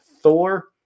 Thor